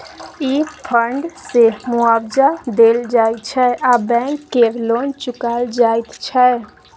ई fund सँ मुआबजा देल जाइ छै आ बैंक केर लोन चुकाएल जाइत छै